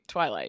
Twilight